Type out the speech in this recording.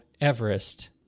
Everest